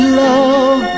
love